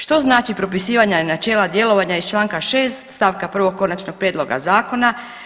Što znači propisivanje načela djelovanja iz članka 6. stavka 1. Konačnog prijedloga zakona?